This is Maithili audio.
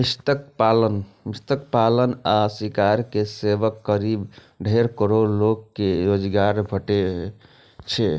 मत्स्य पालन आ शिकार सं देशक करीब डेढ़ करोड़ लोग कें रोजगार भेटै छै